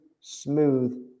smooth